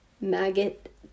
Maggot